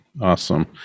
Awesome